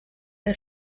der